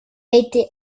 été